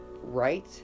right